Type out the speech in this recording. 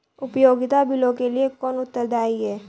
उपयोगिता बिलों के लिए कौन उत्तरदायी है?